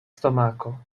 stomako